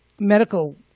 medical